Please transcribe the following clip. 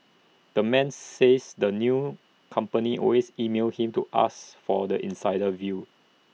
the man says that news companies always email him to ask for the insider's view